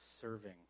serving